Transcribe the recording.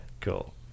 Cool